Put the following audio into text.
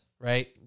right